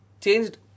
changed